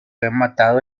rematado